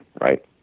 right